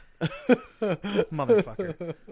Motherfucker